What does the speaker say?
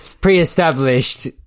pre-established